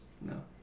No